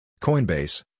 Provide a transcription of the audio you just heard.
Coinbase